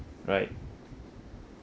right